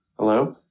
Hello